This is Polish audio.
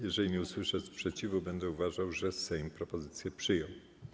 Jeżeli nie usłyszę sprzeciwu, będę uważał, że Sejm propozycję przyjął.